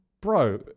bro